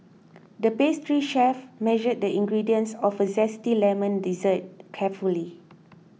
the pastry chef measured the ingredients of a Zesty Lemon Dessert carefully